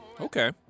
Okay